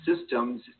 systems